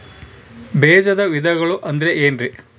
ಬೇಜದ ವಿಧಗಳು ಅಂದ್ರೆ ಏನ್ರಿ?